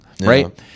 right